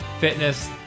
fitness